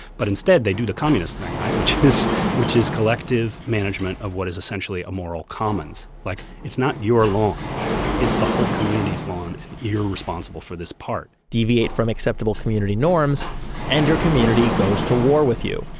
but instead, they do the communist thing, which is which is collective management of what is essentially a moral commons. like it's not your lawn it's the whole community's lawn and you're responsible for this part deviate from acceptable community norms and your community goes to war with you,